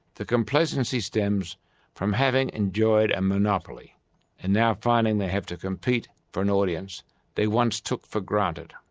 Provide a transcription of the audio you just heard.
the complacency stems from having enjoyed a monopoly and now finding they have to compete for an audience they once took for granted.